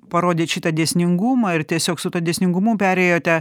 parodėt šitą dėsningumą ir tiesiog su tuo dėsningumu perėjote